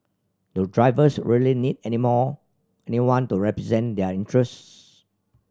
do drivers really need anymore anyone to represent their interests